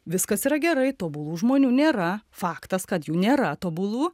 viskas yra gerai tobulų žmonių nėra faktas kad jų nėra tobulų